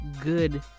good